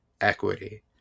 equity